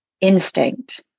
instinct